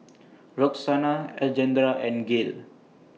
Roxana Alejandra and Gale